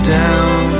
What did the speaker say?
down